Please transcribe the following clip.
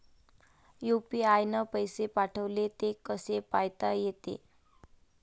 UPI न पैसे पाठवले, ते कसे पायता येते?